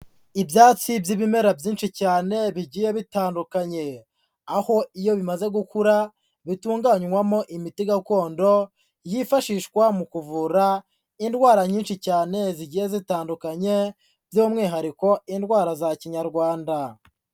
Ibyatsi by'ibimera byinshi cyane bigiye bitandukanye, aho iyo bimaze gukura bitunganywamo imiti gakondo yifashishwa mu kuvura indwara nyinshi cyane zigiye zitandukanye by'umwihariko indwara za kinyarwanda.